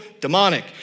demonic